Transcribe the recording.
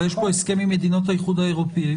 אבל יש פה הסכם עם מדינות האיחוד האירופאי.